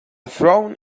throne